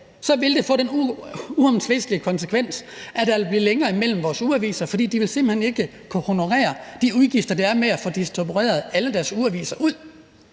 det vil få den uomtvistelige konsekvens, at der vil blive længere imellem vores ugeaviser, fordi de simpelt hen ikke vil kunne honorere de udgifter, der er med at få distribueret alle deres ugeaviser.